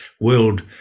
World